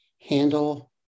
handle